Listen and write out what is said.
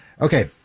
Okay